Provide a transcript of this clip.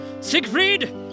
Siegfried